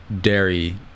dairy